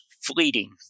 fleeting